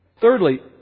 Thirdly